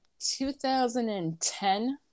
2010